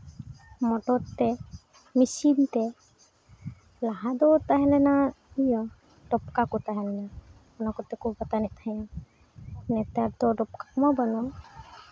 motor ᱛᱮ machine ᱛᱮ ᱞᱟᱦᱟ ᱫᱚ ᱛᱟᱦᱮᱸ ᱞᱮᱱᱟ ᱤᱭᱟᱹ ᱰᱚᱠᱠᱟ ᱠᱚ ᱛᱟᱦᱮᱸ ᱞᱮᱱᱟ ᱚᱱᱟ ᱠᱚᱛᱮ ᱠᱚ ᱵᱟᱛᱟᱱᱮᱜ ᱛᱟᱦᱮᱸᱜᱼᱟ ᱱᱮᱛᱟᱨ ᱫᱚ ᱰᱚᱠᱠᱟ ᱠᱚᱢᱟ ᱵᱟᱹᱱᱩᱜ